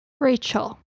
Rachel